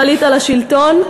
ועלית לשלטון,